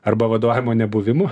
arba vadovavimo nebuvimu